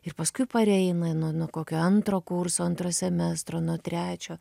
ir paskui pareina nuo nuo kokio antro kurso antro semestro nuo trečio